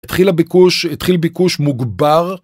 התחילה ביקוש התחיל ביקוש מוגבר.